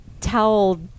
towel